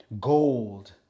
gold